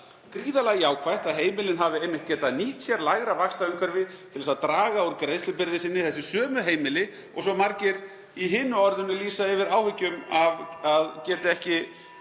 gríðarlega jákvætt, að heimilin hafi einmitt getað nýtt sér lægra vaxtaumhverfi til að draga úr greiðslubyrði sinni, þessi sömu heimili sem svo margir í hinu orðinu lýsa yfir áhyggjum af (Forseti